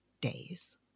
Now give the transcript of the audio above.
days